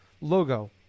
logo